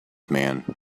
man